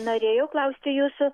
norėjau klausti jūsų